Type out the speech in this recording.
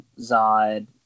Zod